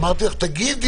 אמרתי לך שתגידי,